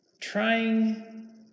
trying